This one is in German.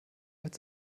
mit